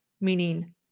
meaning